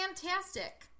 Fantastic